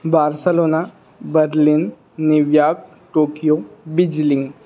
Barcelona Berlin New York Tokyo Beijing